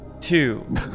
two